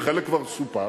חלק כבר סופק,